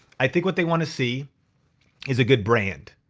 i think what they wanna see is a good brand.